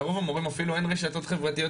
לרוב המורים אפילו אין רשתות חברתיות,